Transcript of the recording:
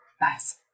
nice